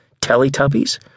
Teletubbies